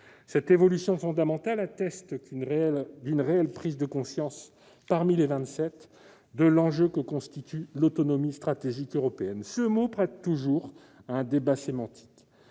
Cette évolution fondamentale atteste d'une réelle prise de conscience, parmi les Vingt-Sept, de l'enjeu que représente l'autonomie stratégique européenne. Ces mots prêtent toujours à un débat sémantique